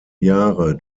jahre